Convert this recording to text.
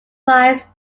wives